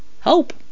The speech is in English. hope